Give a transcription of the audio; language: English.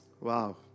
Wow